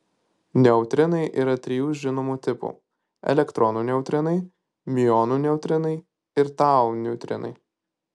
neutrinai yra trijų žinomų tipų elektronų neutrinai miuonų neutrinai ir tau neutrinai